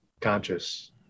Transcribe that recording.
Conscious